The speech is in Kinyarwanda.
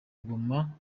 ngoma